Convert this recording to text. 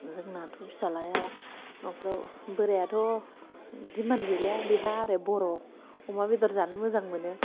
जोंनाथ' फिसाज्लाया न'खराव बोरायाथ' डिमान्ड गैलाया बेहा आरो बर' अमा बेदर जानो मोजां मोनो